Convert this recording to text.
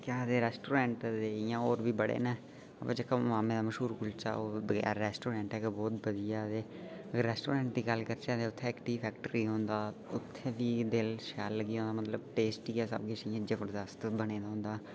बाकी रेस्टोरेंट इंया होर बी बड़े न जेह्का मामे दा मश्हूर कुल्चा ऐ ओह् बगैर रैस्टोरोंट गै बड़ा बधिया ऐ न रैस्टोरोंट दी गल्ल करचै ते उत्थै इक टी फैक्टरी औंदा उत्थै बी दिल शैल लग्गी जंदा मतलब टेस्टी होंदा सब किश जबरदस्त बने दा होंदा